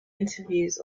interviews